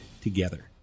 together